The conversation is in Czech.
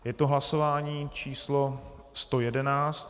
Je to hlasování číslo 111.